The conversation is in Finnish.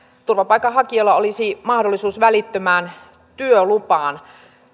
turvapaikanhakijoilla olisi mahdollisuus välittömään työlupaan